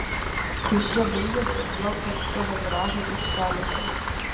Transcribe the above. kai šie baigiasi vėl prasideda viražai aikštelėse